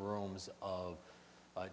rooms of